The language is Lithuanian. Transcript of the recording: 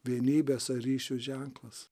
vienybės ar ryšių ženklas